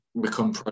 become